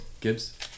Gibbs